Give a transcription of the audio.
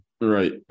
Right